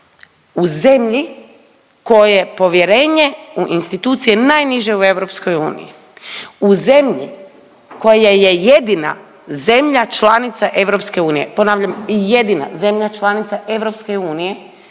U zemlji koje povjerenje u institucije najniže u Europskoj uniji. U zemlji koja je jedina zemlja članica Europske unije, ponavljam jedina zemlja članica